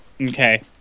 Okay